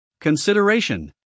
consideration